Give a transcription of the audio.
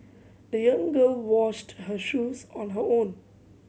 the young girl washed her shoes on her own